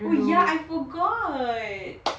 oh ya I forgot